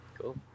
Cool